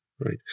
right